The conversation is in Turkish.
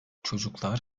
çocuklar